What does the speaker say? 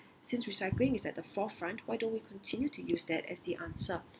since recycling is at the forefront why don't we continue to use that as the answer